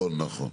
נכון, נכון.